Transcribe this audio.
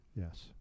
yes